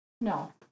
no